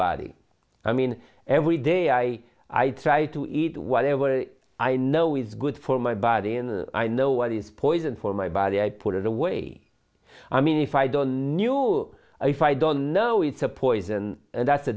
body i mean every day i i try to eat whatever i know is good for my body and i know what is poison for my body i put it away i mean if i don't know if i don't know it's a poison and that's a